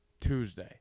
Tuesday